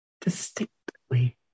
distinctly